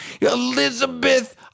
Elizabeth